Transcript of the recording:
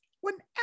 whenever